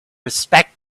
respect